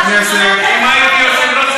אם הייתי יושב-ראש הישיבה הייתי מוציא אותך.